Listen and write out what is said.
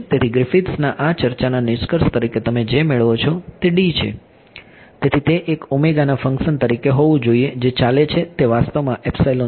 તેથી ગ્રિફિથ્સમાં આ ચર્ચાના નિષ્કર્ષ તરીકે તમે જે મેળવો છો તે છે તેથી તે એક ના ફંક્શન તરીકે હોવું જોઈએ જે ચાલે છે તે વાસ્તવમાં વેક્યુમ છે